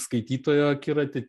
skaitytojo akiratį